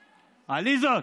עליזה,